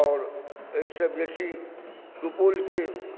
आओर एहिसॅं बेसी सुपौलके